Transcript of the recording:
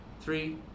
Three